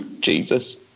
Jesus